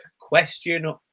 question